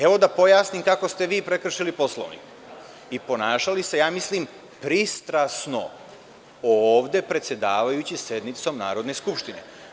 Evo da pojasnim kako ste vi prekršili Poslovnik i ponašali se, ja mislim, pristrasno ovde predsedavajući sednicom Narodne skupštine.